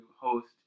host